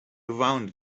around